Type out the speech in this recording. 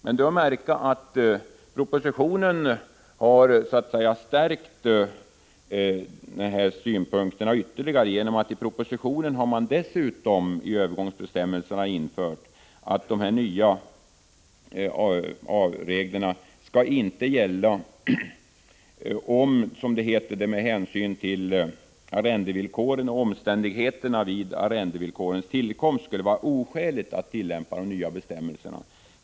Det är att märka att man i propositionen så att säga ytterligare stärkt de här synpunkterna genom att man dessutom i övergångsbestämmelserna infört att de nya reglerna inte skall gälla om, som det heter, det med hänsyn till arrendevillkoren och omständigheterna vid arrendevillkorens tillkomst skulle vara oskäligt att tillämpa dem.